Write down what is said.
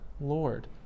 Lord